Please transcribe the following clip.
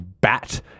bat